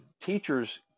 teachers